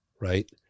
right